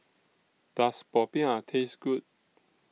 Does Popiah Taste Good